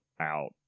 out